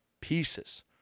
pieces